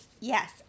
yes